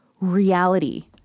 Reality